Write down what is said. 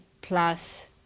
plus